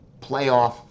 playoff